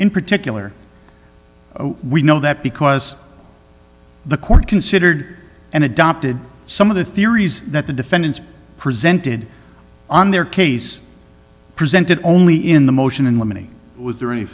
in particular we know that because the court considered and adopted some of the theories that the defendants presented on their case presented only in the motion in limine was there any